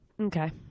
Okay